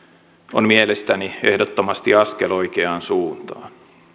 on mielestäni ehdottomasti askel oikeaan suuntaan